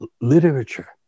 literature